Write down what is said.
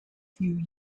few